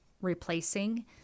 replacing